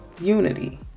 unity